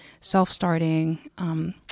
self-starting